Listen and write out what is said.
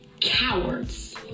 Cowards